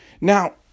Now